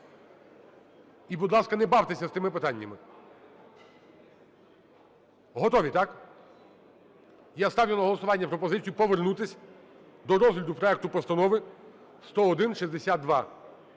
І, будь ласка, не бавтеся з тими питаннями. Готові, так? Я ставлю на голосування пропозицію повернутися до розгляду проекту Постанови 10162.